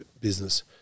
business